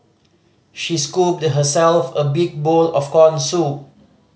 she scooped herself a big bowl of corn soup